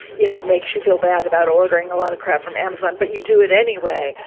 you know, makes you feel bad about ordering a lot of crap from amazon. but you do it anyway.